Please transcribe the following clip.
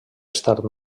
estat